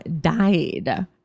died